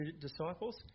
disciples